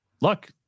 Look